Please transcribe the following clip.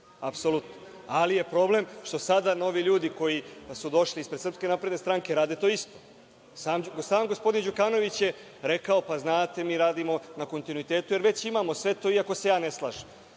poretka. Ali, je problem što sada novi ljudi koji su došli ispred SNS rade to isto. Sam gospodin Đukanović je rekao, znate, mi radimo na kontinuitetu jer već imamo sve to iako se ja ne slažem.